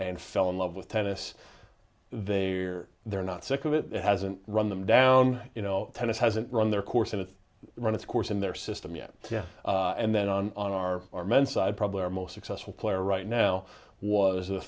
and fell in love with tennis they are they're not sick of it hasn't run them down you know tennis hasn't run their course and it's run its course in their system yet and then on on our our men side problem most successful player right now was a